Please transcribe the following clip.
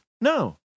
No